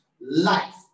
life